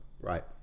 Right